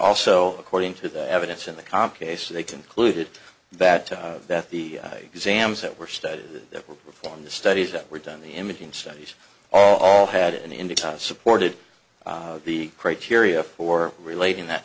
also according to the evidence in the comp case they concluded that that the exams that were studies that were performed the studies that were done the imaging studies all had an index supported the criteria for relating that